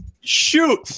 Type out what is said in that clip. Shoot